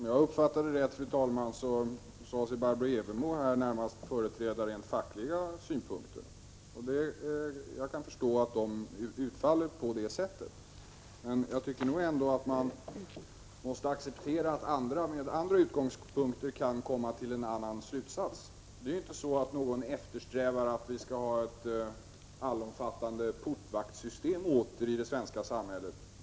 Fru talman! Om jag uppfattade Barbro Evermo rätt sade hon sig här närmast företräda fackliga intressen, och jag kan förstå att de utfaller på det sätt som hon angav. Men jag tycker ändå att man måste acceptera att andra från andra utgångspunkter kan komma fram till en annan slutsats. Ingen av oss eftersträvar en återgång till ett allomfattande portvaktssystem i det svenska samhället.